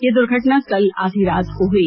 यह दुर्घटना कल आधी रात को हुई